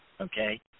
okay